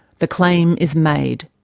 the claim is made.